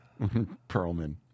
Perlman